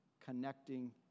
Connecting